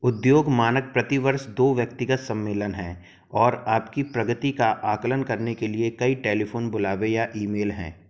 उद्योग मानक प्रति वर्ष दो व्यक्तिगत सम्मेलन हैं और आपकी प्रगति का आकलन करने के लिए कई टेलीफ़ोन बुलावे या ईमेल हैं